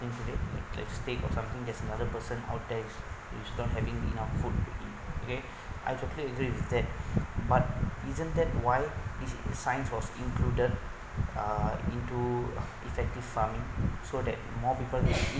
for it like steak or something that's another person out there is not having enough food to eat okay I totally clear with that but isn't that why this is science was included uh into effective farming so that more people